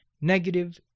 negative